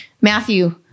Matthew